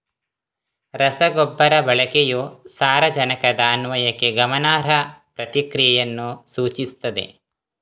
ರಸಗೊಬ್ಬರ ಬಳಕೆಯು ಸಾರಜನಕದ ಅನ್ವಯಕ್ಕೆ ಗಮನಾರ್ಹ ಪ್ರತಿಕ್ರಿಯೆಯನ್ನು ಸೂಚಿಸುತ್ತದೆ